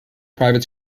private